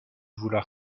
vouloir